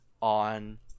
on